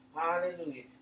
Hallelujah